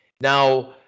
Now